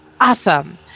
awesome